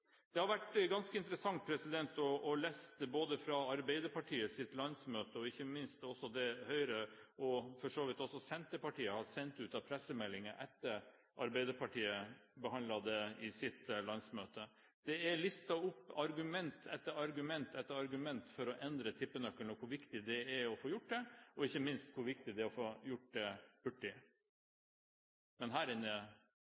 Det har vært ganske interessant å lese fra Arbeiderpartiets landsmøte og ikke minst det Høyre – og for så vidt også Senterpartiet – har sendt ut av pressemeldinger etter at Arbeiderpartiet behandlet dette på sitt landsmøte. Det er listet opp argument etter argument for å endre tippenøkkelen, hvor viktig det er å få gjort det, og ikke minst hvor viktig det er å få gjort